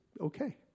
Okay